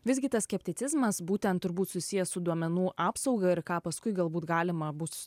visgi tas skepticizmas būtent turbūt susijęs su duomenų apsauga ir ką paskui galbūt galima bus